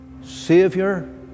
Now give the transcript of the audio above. Savior